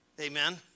Amen